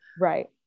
Right